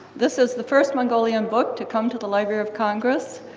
this is the first mongolian book to come to the library of congress,